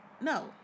no